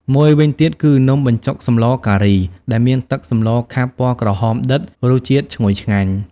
មួយវិញទៀតគឺ នំបញ្ចុកសម្លការី ដែលមានទឹកសម្លខាប់ពណ៌ក្រហមដិត រសជាតិឈ្ងុយឆ្ងាញ់ ។